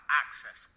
access